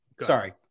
Sorry